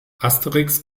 asterix